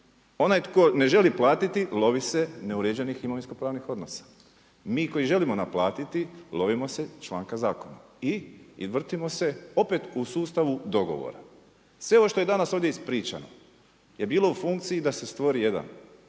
onaj tko ne želi platiti lovi se neuređenih imovinsko-pravnih odnosa. Mi koji želim naplatiti, lovimo se članka zakona i vrtimo se opet u sustavu dogovora. Sve ovo što je danas ovdje ispričano je bilo u funkciji da stvori jedna